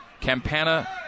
Campana